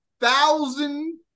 thousand